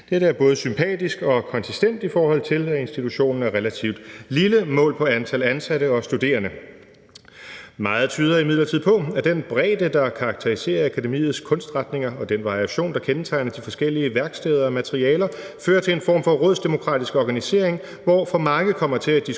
Dette er både sympatisk og konsistent i forhold til, at institutionen er relativt lille målt på antal ansatte og studerende. Meget tyder imidlertid på, at den bredde, der karakteriserer akademiets kunstretninger, og den variation, der kendetegner de forskellige værksteder og materialer, fører til en form for rådsdemokratisk organisering, hvor for mange kommer til at diskutere